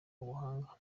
ubuhanga